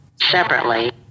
separately